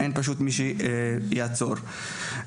לא יהיה מי שיעצור אותו.